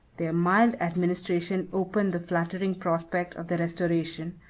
their mild administration opened the flattering prospect of the restoration,